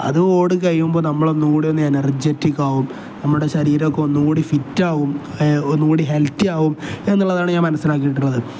അത് ഓടി കഴിയുമ്പോൾ നമ്മളൊന്നും കൂടി ഒന്ന് എനർജെറ്റിക്ക് ആകും നമ്മുടെ ശരീരമൊക്കെ ഒന്നും കൂടി ഫിറ്റ് ആകും ഒന്നും കൂടി ഹെൽത്തി ആകും എന്നുള്ളതാണ് ഞാൻ മനസ്സിലാക്കിയിട്ടുള്ളത്